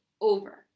over